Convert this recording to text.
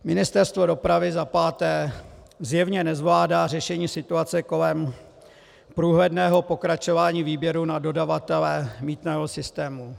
Ministerstvo dopravy zjevně nezvládá řešení situace kolem průhledného pokračování výběru na dodavatele mýtného systému.